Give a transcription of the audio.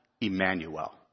Emmanuel